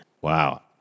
Wow